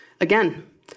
Again